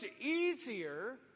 easier